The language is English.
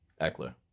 Eckler